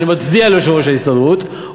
ההסתדרות, ואני מצדיע ליושב-ראש ההסתדרות.